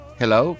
hello